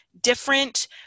different